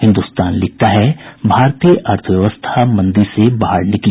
हिन्द्रस्तान लिखता है भारतीय अर्थव्यवस्था मंदी से बाहर निकली